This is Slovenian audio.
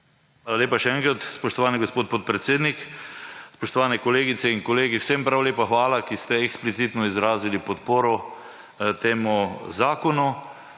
Hvala lepa še enkrat, spoštovani gospod podpredsednik. Spoštovane kolegice in kolegi, vsem prav lepa hvala, ki ste eksplicitno izrazili podporo temu zakonu.